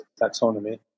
taxonomy